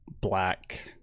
black